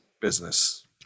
business